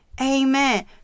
Amen